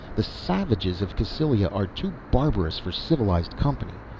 the savages of cassylia are too barbarous for civilized company.